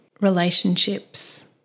relationships